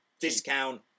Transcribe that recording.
discount